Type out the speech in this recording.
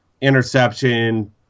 interception